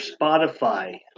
spotify